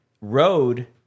road